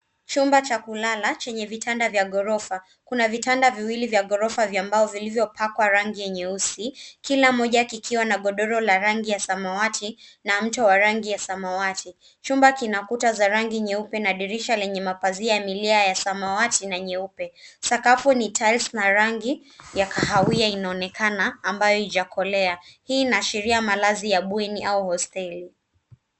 Chumba cha kulala chenye vitanda vya gorofa. Kuna vitanda viwili vya gorofa vilivyopewa rangi nyeupe. Kila kimoja kina godoro la rangi ya samawati na mto wa rangi ya samawati. Chumba kimepambwa kwa rangi nyeupe na kina dirisha lenye mapazia ya samawati na nyeupe. Sakafu ni ya tiles yenye rangi ya kahawia yenye mwonekano wa kuangaza.